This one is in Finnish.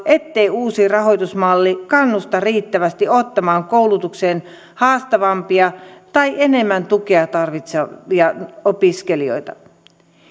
ettei uusi rahoitusmalli kannusta riittävästi ottamaan koulutukseen haastavampia tai enemmän tukea tarvitsevia opiskelijoita